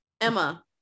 Emma